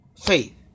faith